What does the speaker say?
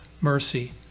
mercy